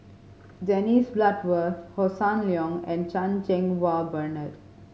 Dennis Bloodworth Hossan Leong and Chan Cheng Wah Bernard